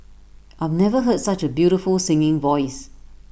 I've never heard such A beautiful singing voice